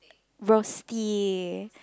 Rosti